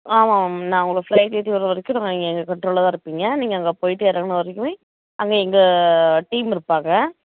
ஆமாம் மேம் நான் உங்களை ஃப்ளைட் ஏற்றி விடுற வரைக்கும் நான் நீங்கள் எங்கள் கண்ட்ரோலில் தான் இருப்பீங்க நீங்கள் அங்கே போயிவிட்டு இறங்குன வரைக்குமே அங்கே எங்கள் டீம் இருப்பாங்க